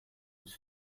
was